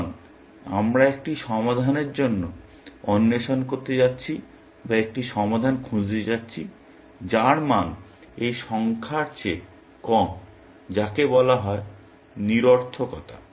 সুতরাং আমরা একটি সমাধানের জন্য অন্বেষণ করতে যাচ্ছি বা একটি সমাধান খুঁজতে যাচ্ছি যার মান এই সংখ্যার চেয়ে কম যাকে বলা হয় নিরর্থকতা